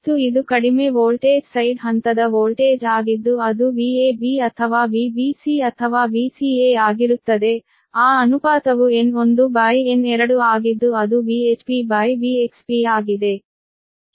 ಮತ್ತು ಇದು ಕಡಿಮೆ ವೋಲ್ಟೇಜ್ ಸೈಡ್ ಹಂತದ ವೋಲ್ಟೇಜ್ ಆಗಿದ್ದು ಅದು VAB ಅಥವಾ VBC ಅಥವಾ VCA ಆಗಿರುತ್ತದೆ ಆ ಅನುಪಾತವು N1N2 ಆಗಿದ್ದು ಅದು VHPVXP ಆಗಿದೆ